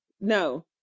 no